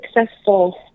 successful